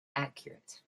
accurate